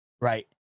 right